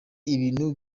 ibintu